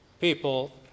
people